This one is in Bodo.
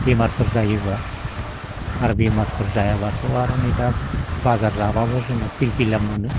बेमारफोर जायोब्ला आरो बेमारफोर जायाब्लाथ' आरो नै दा बाजार जाब्लाबो जोङो फिरफिलि मोनो